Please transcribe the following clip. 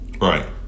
Right